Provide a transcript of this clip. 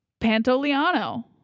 Pantoliano